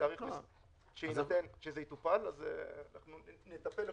שזה יטופל, אז אנחנו נטפל.